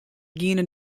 giene